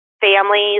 families